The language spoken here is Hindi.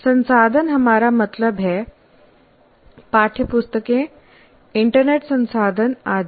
संसाधन हमारा मतलब है पाठ्यपुस्तकें इंटरनेट संसाधन आदि